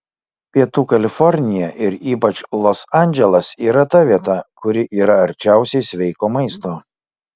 pietų kalifornija ir ypač los andželas yra ta vieta kuri yra arčiausiai sveiko maisto